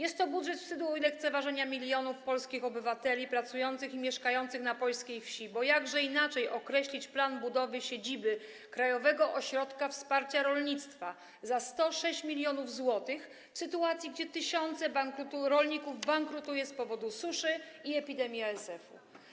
Jest to budżet wstydu i lekceważenia milionów polskich obywateli pracujących i mieszkających na polskiej wsi, bo jakże inaczej określić plan budowy siedziby Krajowego Ośrodka Wsparcia Rolnictwa za 106 mln zł w sytuacji, gdy tysiące rolników bankrutuje z powodu suszy i epidemii ASF?